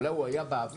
אולי הוא היה בעבר,